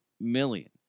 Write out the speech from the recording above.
million